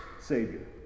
Savior